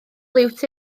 liwt